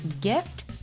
gift